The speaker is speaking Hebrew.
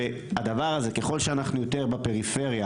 והדבר הזה, ככל שאנחנו יותר בפריפריה,